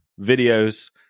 videos